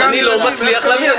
אני לא מצליח להבין.